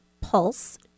Pulse